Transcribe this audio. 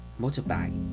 motorbike